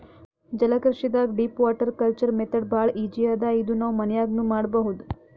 ಜಲಕೃಷಿದಾಗ್ deep water culture method ಭಾಳ್ easy ಅದಾ ಇದು ನಾವ್ ಮನ್ಯಾಗ್ನೂ ಮಾಡಬಹುದ್